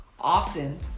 Often